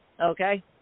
okay